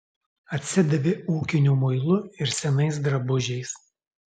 atsidavė ūkiniu muilu ir senais drabužiais